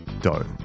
dough